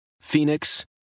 Phoenix